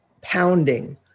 pounding